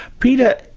peter,